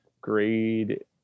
grade